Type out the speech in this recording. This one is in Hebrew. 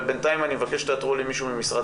בינתיים אני מבקש שתאתרו לי ממשרד